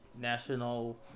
national